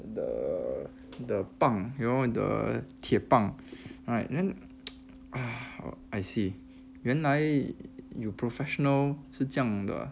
the the 棒 you know the 铁棒 right then I see 原来 you professional 是这样的